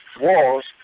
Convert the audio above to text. walls